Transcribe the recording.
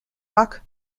rock